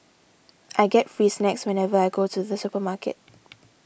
I get free snacks whenever I go to the supermarket